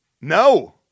No